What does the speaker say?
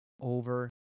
over